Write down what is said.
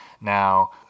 Now